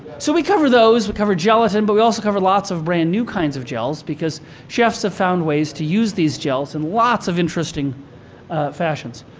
so, we cover those. we cover gelatin, but we also cover lots of brand new kinds of gels because chefs have found ways to use these gels in lots of interesting fashions.